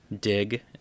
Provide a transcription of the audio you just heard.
Dig